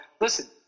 listen